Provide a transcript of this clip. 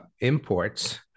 imports